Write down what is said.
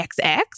XX